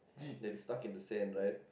they did stuck in the sand right